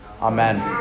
Amen